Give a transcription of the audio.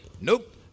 nope